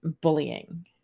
bullying